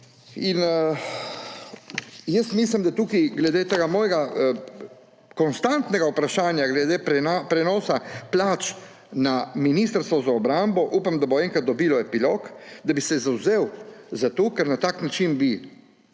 pisati takšne reči. Glede mojega konstantnega vprašanja glede prenosa plač na Ministrstvo za obrambo upam, da bo enkrat dobilo epilog, da bi se zavzeli za to. Ker na tak način bi